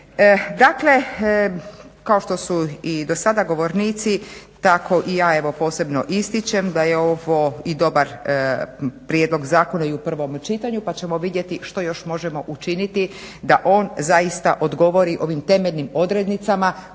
Dakle, kao što su i do sada govornici tako i ja evo posebno ističem da je ovo i dobar prijedlog zakona i u prvom čitanju pa ćemo vidjeti što još možemo učiniti da on zaista odgovori ovim temeljnim odrednicama kojim